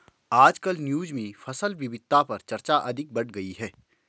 आजकल न्यूज़ में फसल विविधता पर चर्चा अधिक बढ़ गयी है